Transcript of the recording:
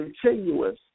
continuous